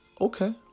okay